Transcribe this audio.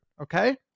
okay